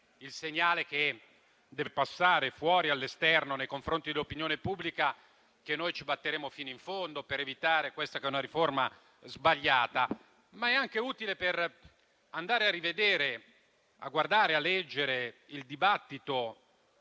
il segnale che deve passare fuori, nei confronti dell'opinione pubblica, è che noi ci batteremo fino in fondo per evitare questa che è una riforma sbagliata. La discussione è però anche utile per andare a rivedere e leggere il dibattito